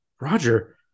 Roger